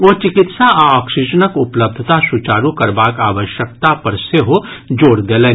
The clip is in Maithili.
ओ चिकित्सा आ ऑक्सीजनक उपलब्धता सुचारू करबाक आवश्यकता पर सेहो जोर देलनि